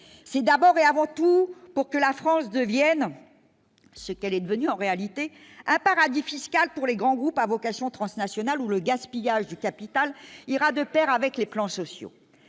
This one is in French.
c'est d'abord et avant tout pour que la France devienne ce qu'elle est devenue en réalité à paradis fiscal pour les grands groupes à vocation transnationale où le gaspillage du capital ira de Pair avec les plans sociaux,